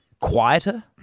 quieter